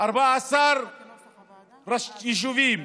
14 יישובים.